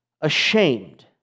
ashamed